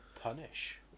Punish